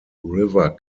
river